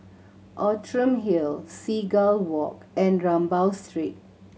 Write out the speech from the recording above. Outram Hill Seagull Walk and Rambau Street